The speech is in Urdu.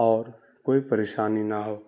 اور کوئی پریشانی نہ ہو